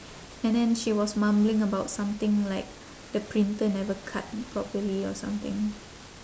and then she was mumbling about something like the printer never cut properly or something